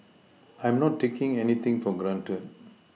I'm not taking anything for granted